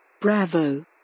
Bravo